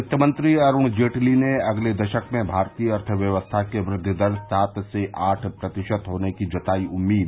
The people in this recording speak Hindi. वित्त मंत्री अरूण जेटली ने अगले दशक में भारतीय अर्थव्यवस्था की वृद्दि दर सात से आठ प्रतिशत होने की जताई उम्मीद